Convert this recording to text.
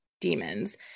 demons